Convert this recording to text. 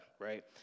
right